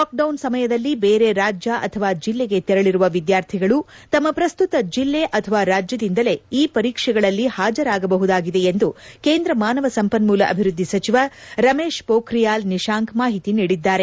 lock down ಸಮಯದಲ್ಲಿ ಬೇರೆ ರಾಜ್ಯ ಅಥವಾ ಜಿಲ್ಲೆಗೆ ತೆರಳಿರುವ ವಿದ್ಯಾರ್ಥಿಗಳು ತಮ್ಮ ಪ್ರಸ್ತುತ ಜಿಲ್ಲೆ ಅಥವಾ ರಾಜ್ಯದಿಂದಲೇ ಈ ಪರೀಕ್ಷೆಗಳಲ್ಲಿ ಹಾಜರಾಗಬಹುದಾಗಿದೆ ಎಂದು ಕೇಂದ ಮಾನವ ಸಂಪನ್ಮೂಲ ಅಭಿವ್ವದ್ಲಿ ಸಚಿವ ರಮೇಶ್ ಪೋಖ್ರಿಯಾಲ್ ನಿಶಾಂಕ್ ಮಾಹಿತಿ ನೀಡಿದ್ದಾರೆ